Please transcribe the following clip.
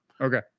Okay